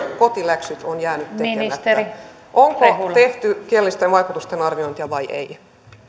kotiläksyt ovat jääneet tekemättä onko tehty kielellisten vaikutusten arviointia vai ei